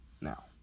now